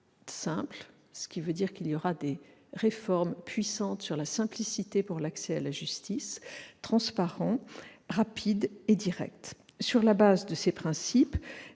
ce qui veut dire qu'il y aura de puissantes réformes pour garantir la simplicité de l'accès à la justice -, transparent, rapide et direct. Sur la base de ces principes,